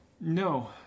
No